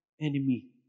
enemy